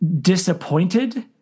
disappointed